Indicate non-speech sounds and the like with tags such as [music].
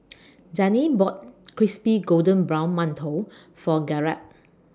[noise] Zane bought Crispy Golden Brown mantou For Garett